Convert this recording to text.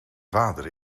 vader